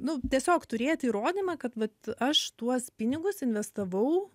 nu tiesiog turėti įrodymą kad vat aš tuos pinigus investavau